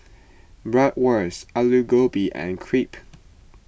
Bratwurst Alu Gobi and Crepe